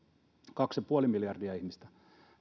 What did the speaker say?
kaksi ja puoli miljardia ihmistä